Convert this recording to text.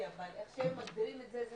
למה הבאתם את זה כאן בתקנות, אם יש כבר תקנות?